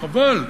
חבל,